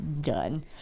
done